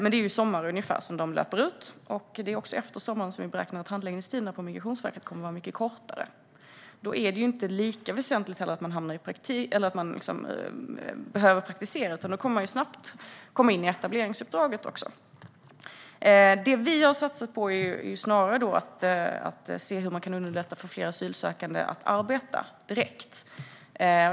I sommar kommer dock denna möjlighet att löpa ut. Vi beräknar att handläggningstiderna på Migrationsverket kommer att vara mycket kortare efter det. Då är behovet av att praktisera inte lika väsentligt, utan man kommer i stället snabbt in i etableringsuppdraget. Vi har snarare satsat på hur man kan underlätta för fler asylsökande att arbeta direkt.